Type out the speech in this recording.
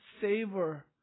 savor